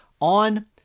on